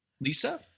Lisa